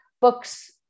books